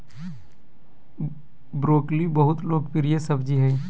broccoli बहुत लोकप्रिय सब्जी हइ